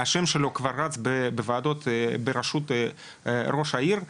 השם שלו כבר רץ בוועדות בראשות ראש העיר.